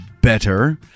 better